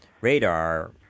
radar